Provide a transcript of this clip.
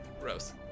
Gross